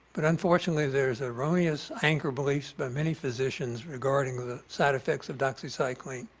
but unfortunately, there's erroneous anchor beliefs by many physicians regarding the side effects of doxycycline.